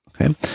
okay